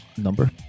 Number